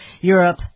Europe